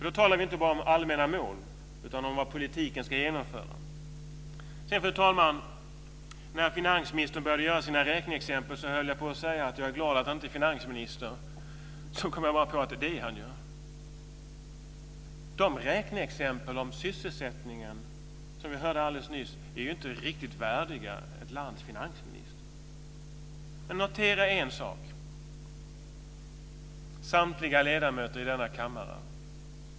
Då talar vi inte bara om allmänna mål utan om vad politiken ska genomföra. Fru talman! När finansministern började göra sina räkneexempel höll jag på att säga att jag är glad att han inte är finansminister, men så kom jag på att det är han ju. Räkneexemplen om sysselsättningen som vi hörde alldeles nyss är inte riktigt värdiga ett lands finansminister. Notera en sak, samtliga ledamöter i denna kammare.